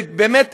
ובאמת,